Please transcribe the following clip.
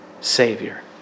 Savior